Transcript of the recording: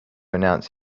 announce